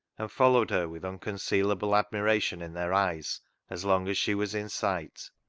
and followed her with unconcealable admiration in their eyes as long as she was in sight.